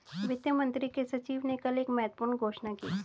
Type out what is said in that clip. वित्त मंत्री के सचिव ने कल एक महत्वपूर्ण घोषणा की